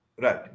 Right